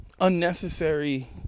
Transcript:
Unnecessary